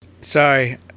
Sorry